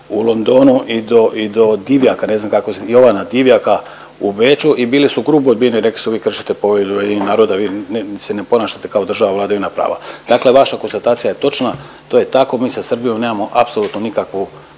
u Londonu i do i do Divjaka, ne znam kako se Jovana Divjaka u Beču i bili su …/Govornik se ne razumije./… rekli su vi kršite povelju Ujedinjenih naroda vi se ne ponašate kao država vladavine prava. Dakle vaša konstatacija je točna, to je tako. Mi sa Srbijom nemamo apsolutno nikakvu